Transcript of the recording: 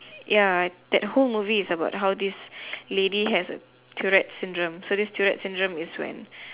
ya that whole movie is about how this lady has Tourette syndrome so this Tourette syndrome is when